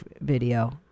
video